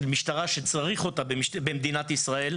של משטרה שצריך אותה במדינת ישראל,